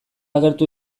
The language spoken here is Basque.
agertu